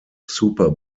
super